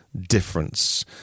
difference